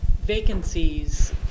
Vacancies